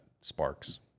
sparks